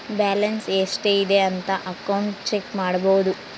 balance ಎಷ್ಟ್ ಇದೆ ಅಂತ ಅಕೌಂಟ್ ಚೆಕ್ ಮಾಡಬೋದು